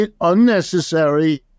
unnecessary